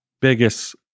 biggest